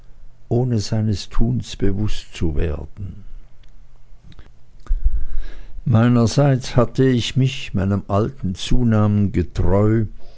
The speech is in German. ohne seines tuns bewußt zu werden meinerseits hatte ich mich meinem alten zunamen getreu